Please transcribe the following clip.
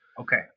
okay